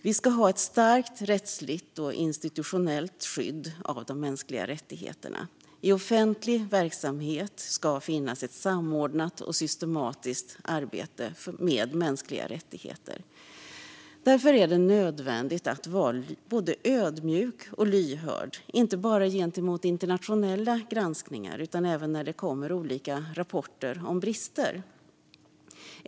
Vi ska ha ett starkt rättsligt och institutionellt skydd av de mänskliga rättigheterna. I offentlig verksamhet ska finnas ett samordnat och systematiskt arbete med mänskliga rättigheter. Därför är det nödvändigt att vara både ödmjuk och lyhörd, inte bara gentemot internationella granskningar utan även när det kommer olika rapporter om brister.